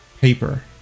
paper